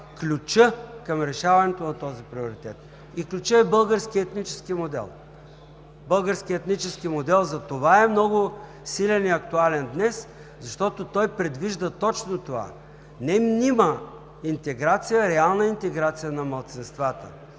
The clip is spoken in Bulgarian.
към решаването на този приоритет и ключът е българският етнически модел. Българският етнически модел е много силен и актуален днес, защото той предвижда точно това – не мнима интеграция, а реална